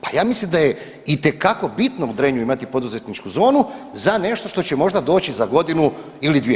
Pa ja mislim da je itekako bitno u Drenju imati poduzetničku zonu za nešto što će možda doći za godinu ili dvije.